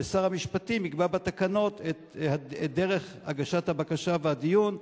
ושר המשפטים יקבע בתקנות את דרך הגשת הבקשה והדיון.